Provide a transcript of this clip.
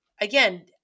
again